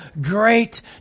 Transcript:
Great